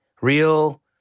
real